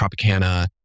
Tropicana